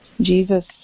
Jesus